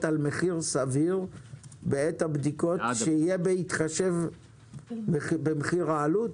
על מחיר סביר בעת הבדיקות שהיה בהתחשב במחיר העלות.